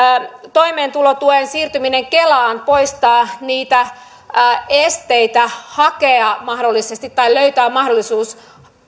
toimeentulotuen siirtyminen kelaan poistaa esteitä hakea tai löytää mahdollisuus